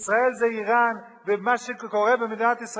שישראל זה אירן ומה שקורה במדינת ישראל